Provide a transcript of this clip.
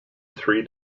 three